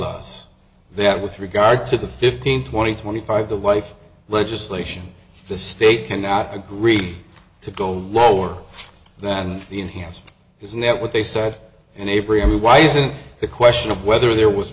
us that with regard to the fifteen twenty twenty five the wife legislation the state cannot agree to go lower than the enhanced his net what they said and avery why isn't the question of whether there was